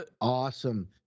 Awesome